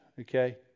okay